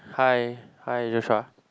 hi hi Joshua